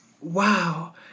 Wow